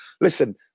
Listen